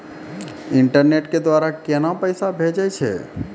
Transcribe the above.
Internet के द्वारा केना पैसा भेजय छै?